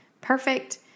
perfect